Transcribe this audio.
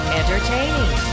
entertaining